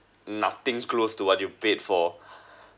nothing close to what you paid for